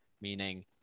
meaning